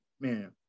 man